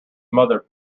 mother